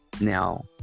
now